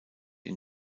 ihn